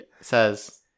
says